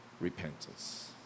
repentance